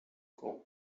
komen